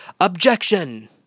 OBJECTION